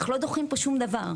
אנחנו לא דוחים פה שום דבר.